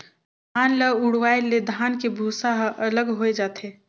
धान ल उड़वाए ले धान के भूसा ह अलग होए जाथे